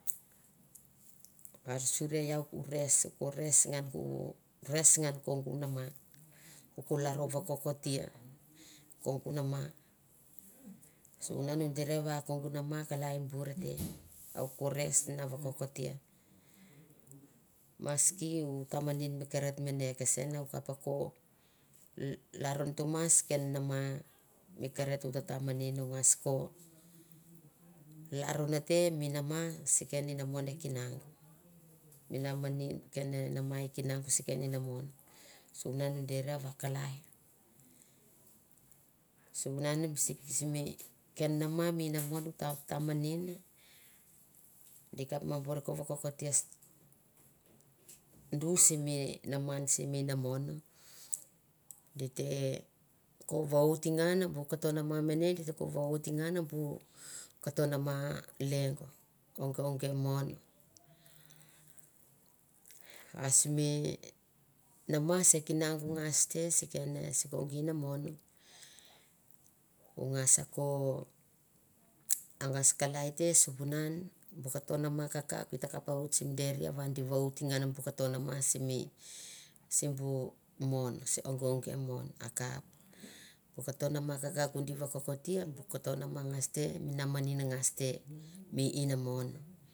An surie iou u res u ko res ngan bu res ngan kongu nama u ko laro vokokotia kongu nama suvunan u deria va kongu nama kalai bure te a u ko res na vokotia maski u tamanin mi kareto mene kesen u kopa ko la laro n tumas ken inamon e kinagu mi namin ken a nama e kinagu si ken inamon sunim u deria va a kalai surnan simsimi ken nama mi inamon u ta tamanin di ka ma bur ko ko vokotia st dusi mi nama iaan simi inamon di re ko voatie ngan bu kato nama simi sibu mon sibu onge man a kabu karo nama kakau di vakokotie bu poko nama ngas te mi namanin ngas te mi inamom.